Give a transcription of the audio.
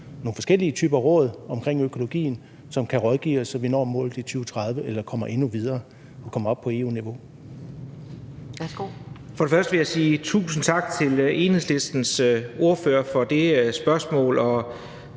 nogle forskellige typer råd omkring økologien, som skal rådgive os, så vi når målet i 2030 eller kommer endnu videre, altså op på EU-niveau?